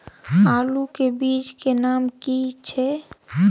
आलू के बीज के नाम की छै?